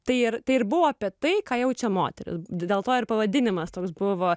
tai ir tai ir buvo apie tai ką jaučia moteris dėl to ir pavadinimas toks buvo